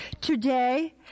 Today